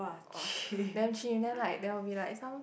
!wah! damn chim then like there will be like some